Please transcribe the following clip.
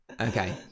okay